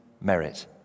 merit